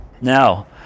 Now